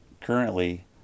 currently